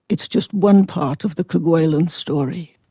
it's just one part of the kerguelen story.